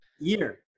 Year